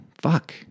fuck